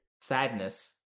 sadness